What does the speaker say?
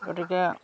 গতিকে